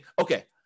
okay